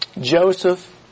Joseph